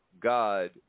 God